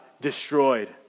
destroyed